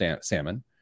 salmon